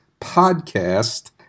podcast